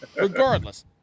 Regardless